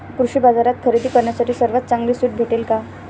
कृषी बाजारात खरेदी करण्यासाठी सर्वात चांगली सूट भेटेल का?